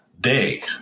day